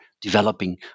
developing